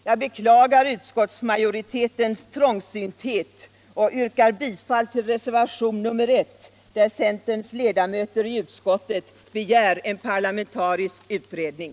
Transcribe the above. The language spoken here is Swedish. Jag beklagar utskottsmajoritetens trångsynthet och yrkar bifall till reservationen 1, där centerns ledamöter i utskottet begär en parlamentarisk utredning.